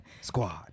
squad